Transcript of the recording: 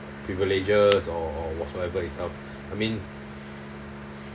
privileges or or whatsoever itself I mean